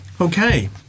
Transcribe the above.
Okay